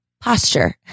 posture